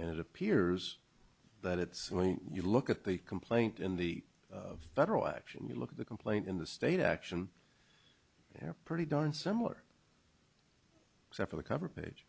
and it appears that at some point you look at the complaint in the federal action you look at the complaint in the state action they're pretty darn similar except for the cover page